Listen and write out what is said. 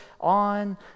on